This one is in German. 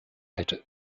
hätte